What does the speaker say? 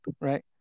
right